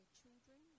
children